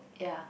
ya